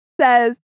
says